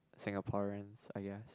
Singaporeans i guess